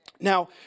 Now